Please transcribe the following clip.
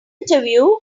interview